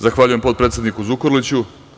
Zahvaljujem, potpredsedniku Zukorliću.